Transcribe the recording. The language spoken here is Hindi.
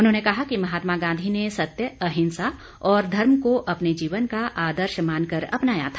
उन्होंने कहा कि महात्मा गांधी ने सत्य अहिंसा और धर्म को अपने जीवन का आदर्श मानकर अपनाया था